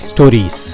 Stories